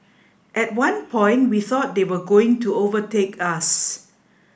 at one point we thought they were going to overtake us